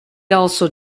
also